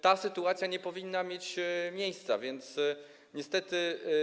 Ta sytuacja nie powinna mieć miejsca, więc niestety.